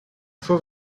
faut